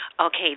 Okay